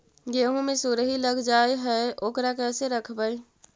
गेहू मे सुरही लग जाय है ओकरा कैसे रखबइ?